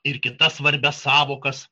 ir kitas svarbias sąvokas